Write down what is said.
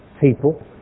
people